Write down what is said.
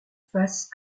face